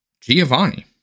Giovanni